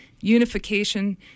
unification